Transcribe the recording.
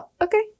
okay